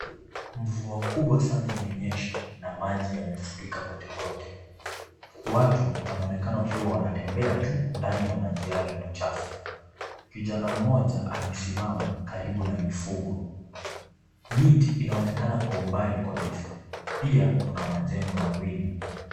Mvua kubwa sana imenyesha na maji yamefurika kotekote, watu wanaonekana wakiwa wanatembea tu! ndani ya maji yale machafu , kijana mmoja amesimama karibu na mifugo, miti inaonekana kwa umbali kabisa, pia kuna majengo mawili.